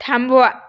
थांबवा